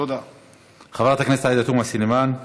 תודה רבה.